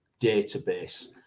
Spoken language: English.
database